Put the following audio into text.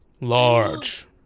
Large